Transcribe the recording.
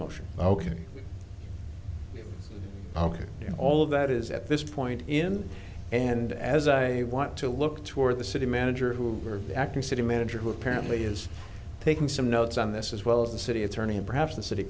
motion ok ok you know all of that is at this point in and as i want to look toward the city manager who are acting city manager who apparently is taking some notes on this as well as the city attorney and perhaps the city